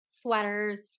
sweaters